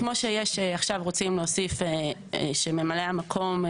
כמו שעכשיו רוצים להוסיף שממלאי המקום,